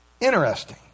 Interesting